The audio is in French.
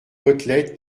côtelette